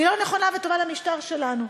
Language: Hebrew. היא לא נכונה וטובה למשטר שלנו.